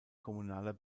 kommunaler